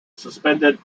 suspended